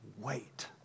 wait